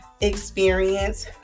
experience